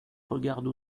regarde